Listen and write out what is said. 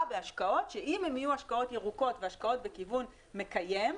בהשקעות שאם הם יהיו השקעות ירוקות והשקעות בכיוון מקיים,